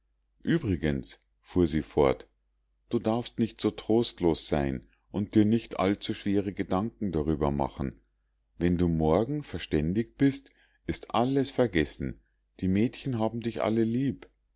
uebrigens fuhr sie fort du darfst nicht so trostlos sein und dir nicht allzuschwere gedanken darüber machen wenn du morgen verständig bist ist alles vergessen die mädchen haben dich alle lieb